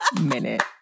minute